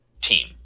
team